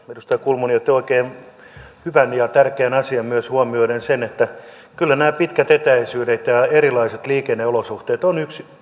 edustaja kulmuni otti oikein hyvän ja tärkeän asian myös huomioon että kyllä nämä pitkät etäisyydet ja ja erilaiset liikenneolosuhteet ovat yksi